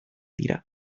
dira